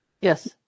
yes